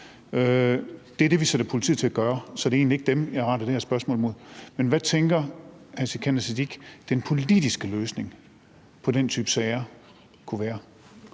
Det er det, vi sætter politiet til at gøre, så det er egentlig ikke dem, jeg retter skytset mod i det her spørgsmål. Men hvad tænker hr. Sikandar Siddique at den politiske løsning på den type sager kunne være?